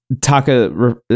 Taka